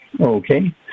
Okay